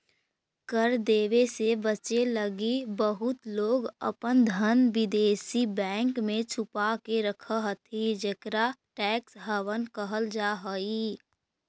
कर देवे से बचे लगी बहुत लोग अपन धन विदेशी बैंक में छुपा के रखऽ हथि जेकरा टैक्स हैवन कहल जा हई